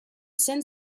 send